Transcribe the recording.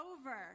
over